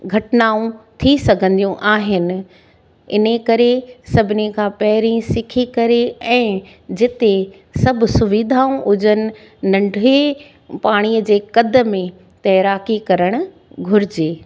घटनाऊं थी सघंदियूं आहिनि इन करे सभिनी खां पहिरीं सिखी करे ऐं जिते सभु सुविधाऊं हुजनि नंढे पाणीअ जे क़द में तैराकी करणु घुरिजे